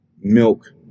milk